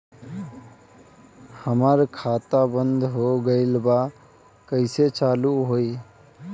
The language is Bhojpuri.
हमार खाता बंद हो गइल बा कइसे चालू होई?